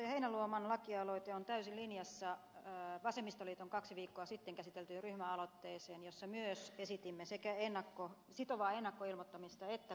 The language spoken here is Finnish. heinäluoman lakialoite on täysin linjassa vasemmistoliiton kaksi viikkoa sitten käsitellyn ryhmäaloitteen kanssa jossa myös esitimme sekä sitovaa ennakkoilmoittamista että kattoa